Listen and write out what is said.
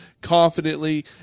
confidently